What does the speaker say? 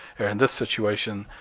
in this situation,